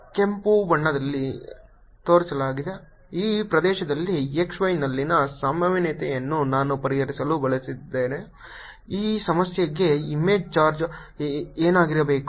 ಕೆಂಪು ಬಣ್ಣದಿಂದ ತೋರಿಸಲಾದ ಈ ಪ್ರದೇಶದಲ್ಲಿ x y ನಲ್ಲಿನ ಸಂಭಾವ್ಯತೆಯನ್ನು ನಾನು ಪರಿಹರಿಸಲು ಬಯಸಿದರೆ ಈ ಸಮಸ್ಯೆಗೆ ಇಮೇಜ್ ಚಾರ್ಜ್ ಏನಾಗಿರಬೇಕು